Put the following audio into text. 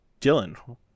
Dylan